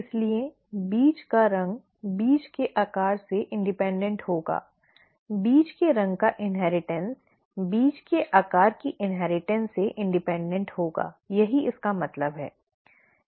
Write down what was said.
इसलिए बीज का रंग बीज के आकार से स्वतंत्र होगा बीज के रंग का inheritance इन्हेरिटन्स बीज के आकार की inheritance इन्हेरिटन्स से स्वतंत्र होगा यही इसका मतलब है